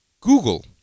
Google